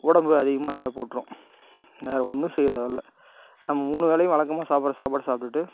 உடம்பு அதிகமாக எடை போட்டுரும் வேறு ஒன்றும் செய்ய தேவையில்ல நம்ம மூணு வேளையும் வழக்கமாக சாப்பிட்ற சாப்பாடை சாப்பிட்டுக்கிட்டு